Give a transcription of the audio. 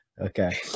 Okay